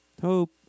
Hope